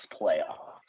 playoffs